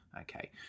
Okay